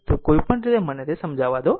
તો કોઈપણ રીતે મને તે સમજાવા દો